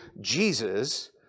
Jesus